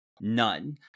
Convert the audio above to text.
None